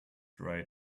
dried